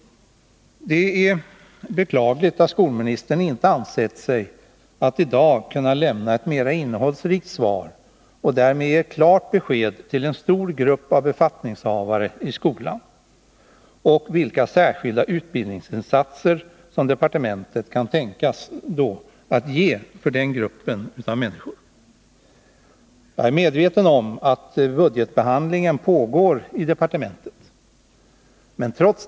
Det är beklagligt att skolministern inte i dag ansett sig kunna lämna ett mer innehållsrikt svar och därmed ge klart besked till en stor grupp befattningshavare i skolan om vilka särskilda utbildningsinsatser som departementet kan tänkas sätta in för den här gruppen människor. Jag är medveten om att budgetbehandligen pågår i departementet.